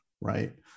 right